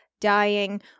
dying